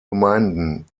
gemeinden